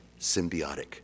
symbiotic